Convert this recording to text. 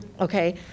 okay